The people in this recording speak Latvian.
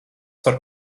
par